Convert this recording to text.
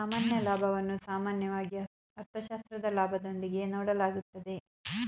ಸಾಮಾನ್ಯ ಲಾಭವನ್ನು ಸಾಮಾನ್ಯವಾಗಿ ಅರ್ಥಶಾಸ್ತ್ರದ ಲಾಭದೊಂದಿಗೆ ನೋಡಲಾಗುತ್ತದೆ